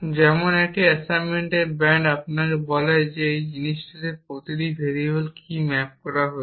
যেমন একটি অ্যাসাইনমেন্টের স্ট্যান্ড আপনাকে বলে যে এই জিনিসটিতে প্রতিটি ভেরিয়েবল কী ম্যাপ করা হচ্ছে